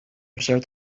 observe